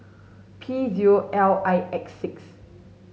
P zero L I X six